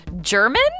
German